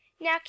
now